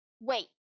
Wait